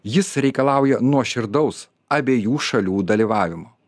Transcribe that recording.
jis reikalauja nuoširdaus abiejų šalių dalyvavimo